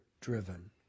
driven